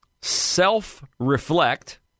self-reflect